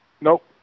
Nope